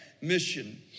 mission